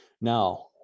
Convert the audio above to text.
Now